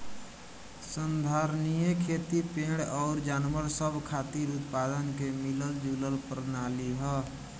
संधारनीय खेती पेड़ अउर जानवर सब खातिर उत्पादन के मिलल जुलल प्रणाली ह